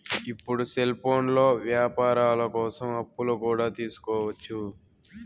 ఇప్పుడు సెల్ఫోన్లో వ్యాపారాల కోసం అప్పులు కూడా తీసుకోవచ్చు